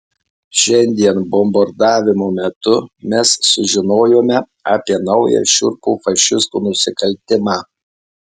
šiandien bombardavimo metu mes sužinojome apie naują šiurpų fašistų nusikaltimą